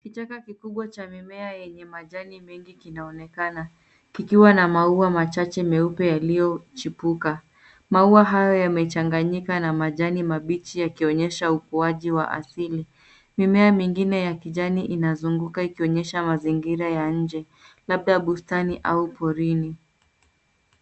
Kichaka kikubwa cha mimea yenye majani mengi kinaonekana, kikiwa na maua machache meupe yaliyochipuka. Maua hayo yamechanganyika na majani mabichi yakionyesha ukuaji wa asili. Mimea mingine ya kijani inazunguka, ikionyesha mazingira ya nje, labda bustani au porini.